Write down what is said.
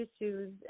issues